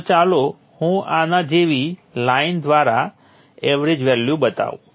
તો ચાલો હું આના જેવી લાઈન દ્વારા એવરેજ વેલ્યુ બતાવું